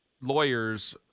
lawyers